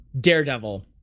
Daredevil